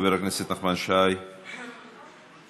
חבר הכנסת נחמן שי, מוותר?